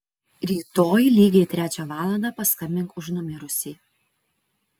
rytoj lygiai trečią valandą paskambink už numirusį